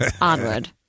Onward